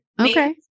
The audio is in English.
Okay